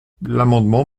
l’amendement